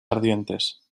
ardientes